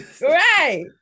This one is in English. Right